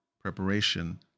Preparation